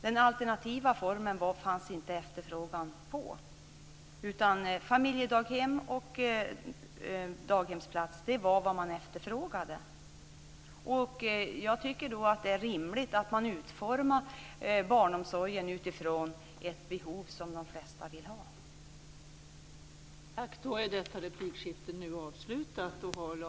Den alternativa formen efterfrågades inte, utan plats i familjedaghem och daghemsplats var vad man efterfrågade. Jag tycker att det är rimligt att barnomsorgen utformas utifrån behov, utifrån vad de flesta vill ha.